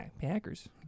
Packers